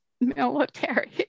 military